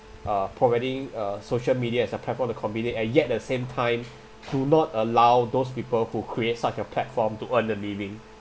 uh providing uh social media as a platform for the convenience and yet the same time do not allow those people who create such a platform to earn a living